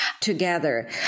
together